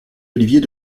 oliviers